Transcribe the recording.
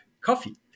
coffee